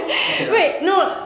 okay lah